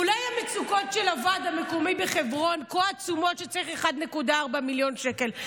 אולי המצוקות של הוועד המקומי בחברון כה עצומות שצריך 1.4 מיליון שקל.